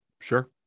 sure